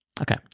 Okay